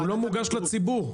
הוא לא מוגש לציבור.